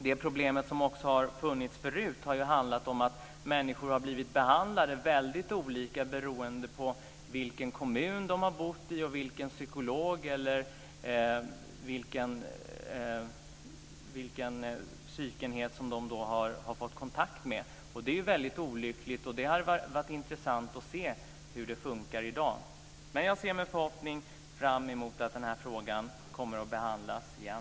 Det problem som också har funnits förut har ju varit att människor har blivit behandlade väldigt olika beroende på vilken kommun de har bott i och vilken psykolog eller psykenhet de har fått kontakt med. Det är väldigt olyckligt, och det hade varit intressant att se hur det funkar i dag. Jag ser med förväntan fram emot att den här frågan kommer att behandlas igen.